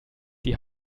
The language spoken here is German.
die